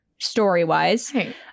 Story-wise